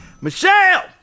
Michelle